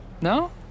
No